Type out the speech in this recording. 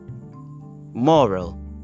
Moral